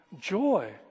joy